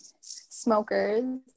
smokers